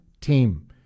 team